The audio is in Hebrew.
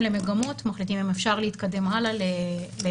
למגמות מחליטים אם אפשר להתקדם הלאה להמשך,